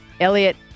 Elliot